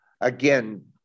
again